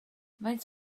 faint